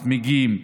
צמיגים,